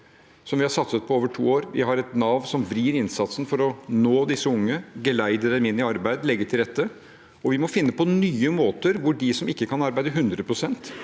som vi har satset på over to år, og vi har et Nav som vrir innsatsen for å nå disse unge, geleide dem inn i arbeid og legge til rette. Vi må finne på nye måter hvor de som ikke kan arbeide 100 pst.,